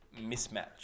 Mismatch